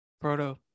Proto